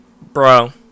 Bro